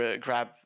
grab